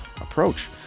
approach